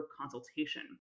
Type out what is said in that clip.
consultation